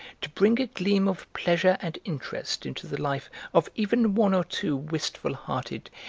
to bring a gleam of pleasure and interest into the life of even one or two wistful-hearted,